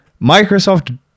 Microsoft